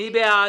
מי בעד?